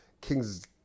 kings